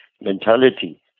mentality